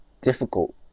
difficult